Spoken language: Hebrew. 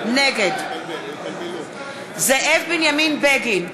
נגד זאב בנימין בגין,